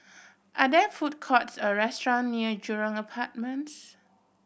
are there food courts or restaurant near Jurong Apartments